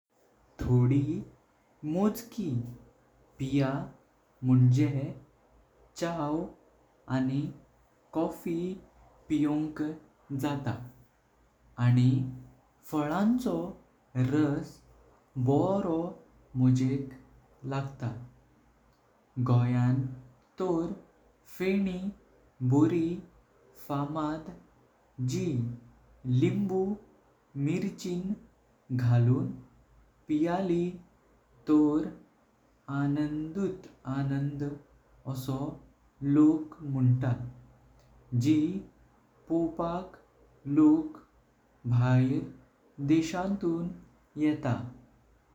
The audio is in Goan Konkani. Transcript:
थोडी मोजकी पिया मोंजे चाव आणि कॉफी पियोंक जाता आणि फळांचो रस बरो मोजेक लागत। गोयांत तर फेणी बोरी फामद जी लिंबु मिरचीं घालून पियली तर आनंदत आनंद आसो लोक मुनता जी पावपाक लोक बहयर देशातुन येता।